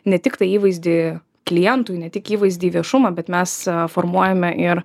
ne tiktai įvaizdį klientui ne tik įvaizdį į viešumą bet mes formuojame ir